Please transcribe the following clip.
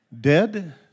Dead